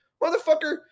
Motherfucker